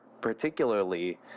particularly